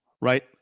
right